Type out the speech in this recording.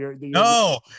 No